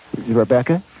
Rebecca